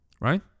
right